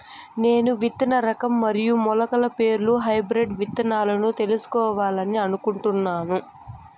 నేను విత్తన రకం మరియు మొలకల పేర్లు హైబ్రిడ్ విత్తనాలను తెలుసుకోవాలని అనుకుంటున్నాను?